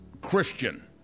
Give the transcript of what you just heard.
Christian